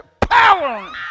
power